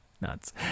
Nuts